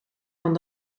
van